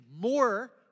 more